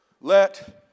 let